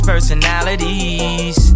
Personalities